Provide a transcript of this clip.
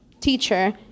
teacher